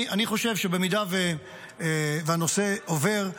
אני חושב שאם הנושא עובר,